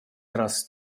tras